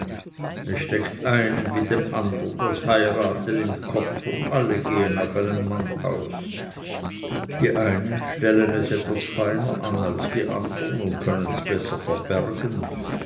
es steckt einem wie dem andern das heiraten im kopf und alle gehen auf einen mann aus die einen stellen es etwas feiner an als die andern und können's besser verbergen